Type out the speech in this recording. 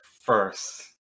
First